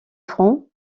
francs